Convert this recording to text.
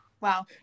wow